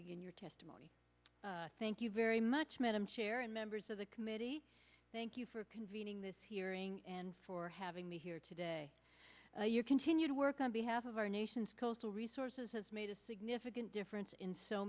begin your testimony thank you very much madam chair and members of the committee thank you for convening this hearing and for having me here today your continued work on behalf of our nation's coastal resources has made a significant difference in so